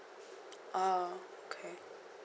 ah okay